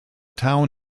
town